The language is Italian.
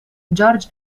george